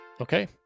Okay